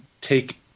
take